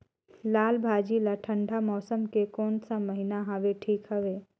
लालभाजी ला ठंडा मौसम के कोन सा महीन हवे ठीक हवे?